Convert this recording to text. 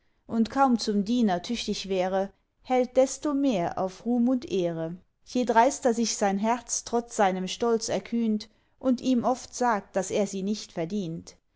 und kaum zum diener tüchtig wäre hält desto mehr auf ruhm und ehre je dreister sich sein herz trotz seinem stolz erkühnt und ihm oft sagt daß er sie nicht verdient